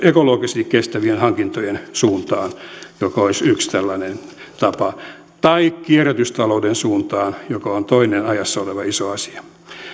ekologisesti kestävien hankintojen suuntaan mikä olisi yksi tällainen tapa tai kierrätystalouden suuntaan mikä on toinen ajassa oleva iso asia